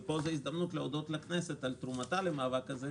זו ההזדמנות להודות לכנסת על תרומתה למאבק הזה,